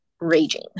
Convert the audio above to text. raging